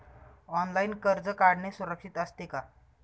Online कर्ज काढणे सुरक्षित असते का?